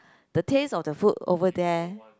the taste of the food over there